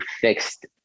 fixed